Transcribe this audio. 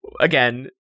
Again